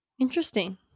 Interesting